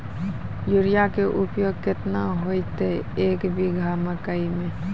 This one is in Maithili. यूरिया के उपयोग केतना होइतै, एक बीघा मकई मे?